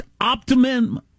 optimum